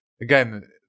again